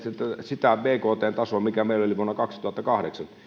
sitä bktn tasoa mikä meillä oli vuonna kaksituhattakahdeksan